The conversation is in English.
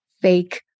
fake